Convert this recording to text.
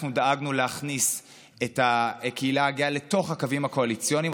אנחנו דאגנו להכניס את הקהילה הגאה לתוך הקווים הקואליציוניים,